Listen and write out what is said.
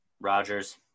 Rogers